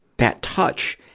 that touch.